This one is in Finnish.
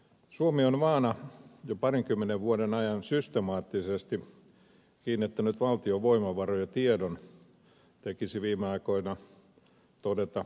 suomi on maana jo parinkymmenen vuoden ajan systemaattisesti kiinnittänyt valtion voimavaroja tiedon tekisi viime aikoina mieli todeta